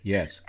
Yes